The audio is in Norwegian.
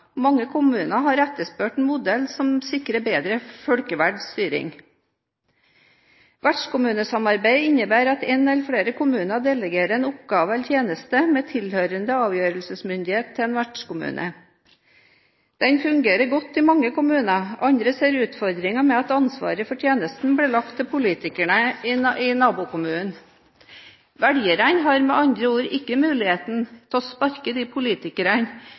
mange kommuner har etterspurt en modell som sikrer bedre folkevalgt styring. Vertskommunesamarbeid innebærer at en eller flere kommuner delegerer en oppgave eller tjeneste med tilhørende avgjørelsesmyndighet til en vertskommune. Den fungerer godt i mange kommuner, andre ser utfordringer med at ansvaret for tjenesten blir lagt til politikerne i nabokommunen. Velgerne har med andre ord ikke muligheten til å «sparke» de politikerne